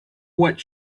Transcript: what